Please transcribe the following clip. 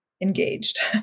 engaged